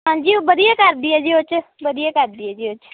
ਹਾਂਜੀ ਉਹ ਵਧੀਆ ਕਰਦੀ ਹੈ ਜੀ ਉਹ 'ਚ ਵਧੀਆ ਕਰਦੀ ਹੈ ਜੀ ਉਹ 'ਚ